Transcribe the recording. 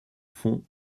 fond